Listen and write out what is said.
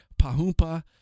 Pahumpa